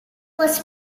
was